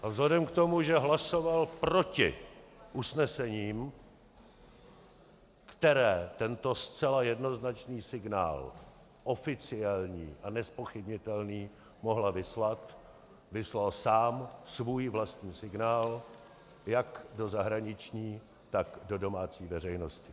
Vzhledem k tomu, že hlasoval proti usnesením, která tento zcela jednoznačný signál, oficiální a nezpochybnitelný, mohla vyslat, vyslal sám svůj vlastní signál jak do zahraničí, tak do domácí veřejnosti.